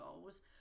goals